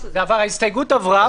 זה עבר, ההסתייגות עברה.